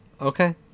Okay